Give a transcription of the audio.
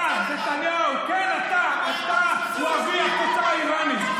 אתה, נתניהו, כן, אתה אבי הפצצה האיראנית.